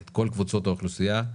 כל קבוצות האוכלוסייה,